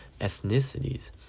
ethnicities